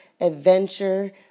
adventure